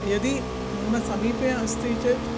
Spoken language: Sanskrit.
यदि मम समीपे अस्ति चेत्